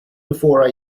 before